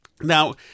Now